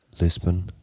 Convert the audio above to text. Lisbon